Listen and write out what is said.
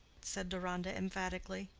said deronda, emphatically.